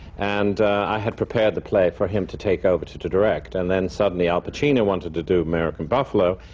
and i had prepared the play for him to take over, to to direct. and then, suddenly al pacino wanted to do american buffalo,